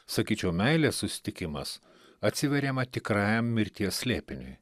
sakyčiau meilės susitikimas atsiveriama tikrajam mirties slėpiniui